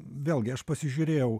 vėlgi aš pasižiūrėjau